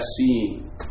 seeing